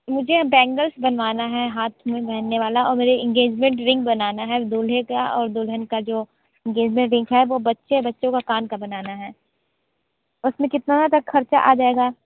मुझे बैंगल्स बनवाना है हाथ में पहनने वाला और मेरे एन्गेजमेन्ट रिंग बनाना है दुल्हे का और दुल्हन का जो एन्गेजमेन्ट रिंग है वो बच्चे बच्चों का कान का बनाना है उसमें कितना ज़्यादा खर्चा आ जाएगा